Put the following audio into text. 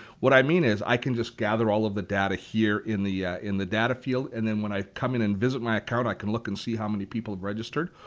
what i mean is i can just gather all of the data here in the in the data field and then when i come in and visit my account, i can look and see how many people have registered.